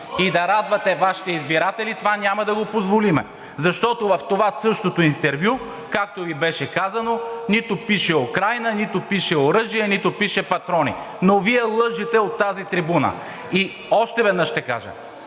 и да радвате Вашите избиратели, това няма да го позволим. Защото в това същото интервю, както Ви беше казано, нито пише Украйна, нито пише оръжие, нито пише патрони, но Вие лъжете от тази трибуна. И още веднъж ще кажа,